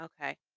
okay